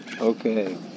Okay